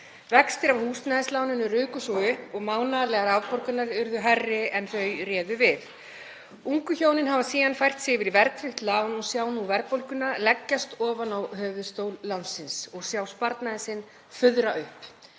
Vextir af húsnæðisláninu ruku svo upp og mánaðarlegar afborganir urðu hærri en þau réðu við. Ungu hjónin hafa síðan fært sig yfir í verðtryggt lán og sjá nú verðbólguna leggjast ofan á höfuðstól lánsins og sparnaðinn sinn fuðra upp.